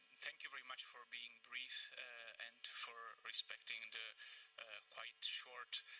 thank you very much for being brief and for respecting the quite short